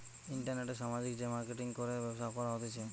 ইন্টারনেটে সামাজিক যে মার্কেটিঙ করে ব্যবসা করা হতিছে